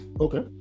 Okay